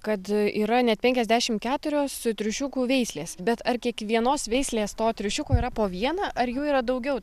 kad yra net penkiasdešim keturios triušiukų veislės bet ar kiekvienos veislės to triušiuko yra po vieną ar jų yra daugiau